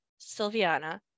Sylviana